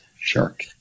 shark